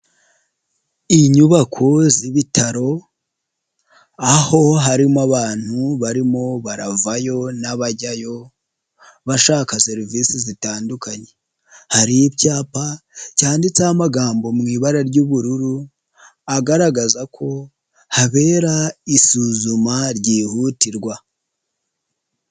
Inyubako z'ibitaro aho harimo abantu barimo baravayo n'abajyayo bashaka serivisi zitandukanye. Hari icyapa cyanditseho amagambo mu ibara ry'ubururu agaragaza ko habera isuzuma ryihutirwa.